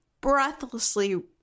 breathlessly